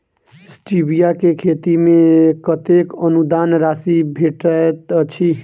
Stevia केँ खेती मे कतेक अनुदान राशि भेटैत अछि?